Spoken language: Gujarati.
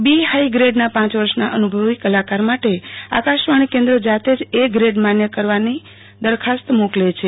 બી હાઈ ગ્રેડના પાંચ વર્ષના અનભવી કલાકાર માટે આકાશવાણી કેન્દ જાતે જ અ ગ્રેડ માન્ય કરવાની દરખાસ્ત મોકલે છે